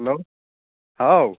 hello how